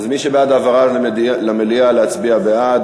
אז מי שבעד העברה למליאה, להצביע בעד.